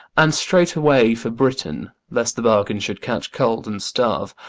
and straight away for britain, lest the bargain should catch cold and starve.